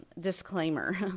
Disclaimer